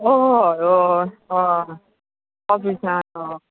हय हय हय ऑफिसान हय